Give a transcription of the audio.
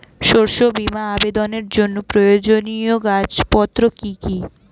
শস্য বীমা আবেদনের জন্য প্রয়োজনীয় কাগজপত্র কি কি?